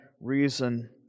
reason